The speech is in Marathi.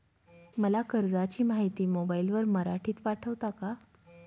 मला कर्जाची माहिती मोबाईलवर मराठीत पाठवता का?